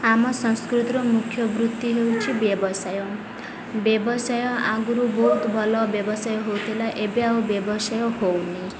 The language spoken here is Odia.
ଆମ ସଂସ୍କୃତିର ମୁଖ୍ୟ ବୃତ୍ତି ହେଉଛିି ବ୍ୟବସାୟ ବ୍ୟବସାୟ ଆଗୁରୁ ବହୁତ ଭଲ ବ୍ୟବସାୟ ହେଉଥିଲା ଏବେ ଆଉ ବ୍ୟବସାୟ ହେଉନି